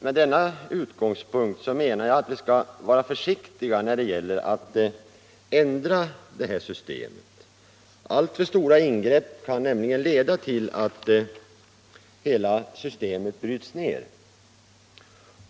Med denna utgångspunkt menar jag att vi skall vara försiktiga när det gäller att ändra systemet. Alltför stora ingrepp kan nämligen leda till att hela systemet bryts ned.